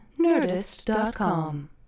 nerdist.com